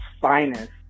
finest